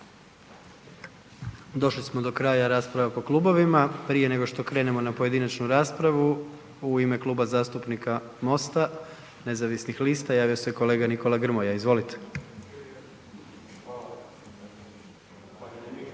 Došli smo do kraja rasprava po klubovima, prije nego što krenemo na pojedinačnu raspravu u ime Kluba zastupnika MOST-a nezavisnih lista javio se kolega Nikola Grmoja. Izvolite.